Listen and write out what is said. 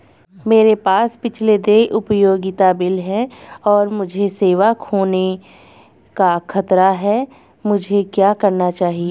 मेरे पास पिछले देय उपयोगिता बिल हैं और मुझे सेवा खोने का खतरा है मुझे क्या करना चाहिए?